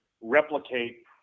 replicate